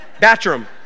bathroom